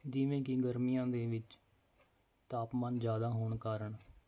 ਜਿਵੇਂ ਕਿ ਗਰਮੀਆਂ ਦੇ ਵਿੱਚ ਤਾਪਮਾਨ ਜ਼ਿਆਦਾ ਹੋਣ ਕਾਰਨ